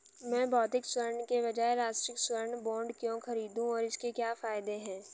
मैं भौतिक स्वर्ण के बजाय राष्ट्रिक स्वर्ण बॉन्ड क्यों खरीदूं और इसके क्या फायदे हैं?